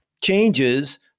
changes